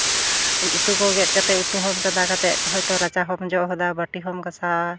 ᱩᱛᱩ ᱠᱚ ᱜᱮᱫ ᱠᱟᱛᱮ ᱩᱛᱩ ᱦᱚᱸ ᱪᱚᱸᱫᱟ ᱠᱟᱛᱮ ᱨᱟᱪᱟ ᱦᱚᱸᱢ ᱡᱚᱜ ᱦᱚᱫᱟ ᱵᱟᱴᱤ ᱦᱚᱸᱢ ᱜᱟᱥᱟᱣᱟ